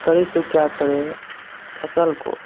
करे सो क्या करे फसल को